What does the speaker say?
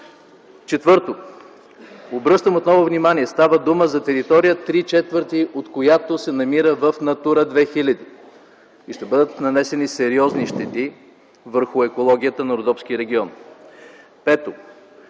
Четвърто, отново обръщам внимание, става дума за територия, три четвърти от която се намира в „Натура 2000”, и ще бъдат нанесени сериозни щети върху екологията на Родопския регион. Пето,